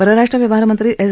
परराष्ट्र व्यवहारमंत्री ॠ